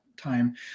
time